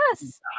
Yes